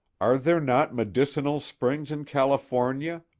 are there not medicinal springs in california?